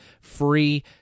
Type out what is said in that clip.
free